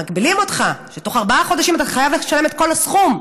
מגבילים אותך ותוך בארבעה חודשים אתה חייב לשלם את כל הסכום,